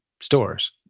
stores